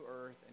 earth